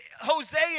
Hosea